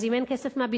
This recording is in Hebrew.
אז אם אין כסף מהביטחון,